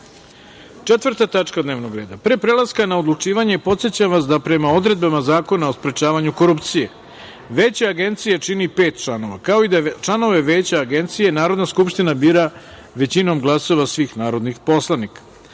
sprečavanje korupcije. Pre prelaska na odlučivanje, podsećam vas da, prema odredbama Zakona o sprečavanju korupcije, Veće Agencije čini pet članova, kao i da članove Veća Agencije Narodna skupština bira većinom glasova svih narodnih poslanika. Takođe,